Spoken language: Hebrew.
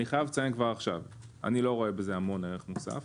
אני חייב לציין כבר עכשיו שאני לא רואה בזה המון ערך מוסף.